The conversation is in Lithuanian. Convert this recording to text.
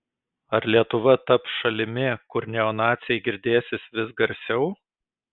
ar lietuva taps šalimi kur neonaciai girdėsis vis garsiau